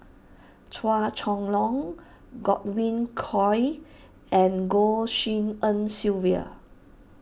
Chua Chong Long Godwin Koay and Goh Tshin En Sylvia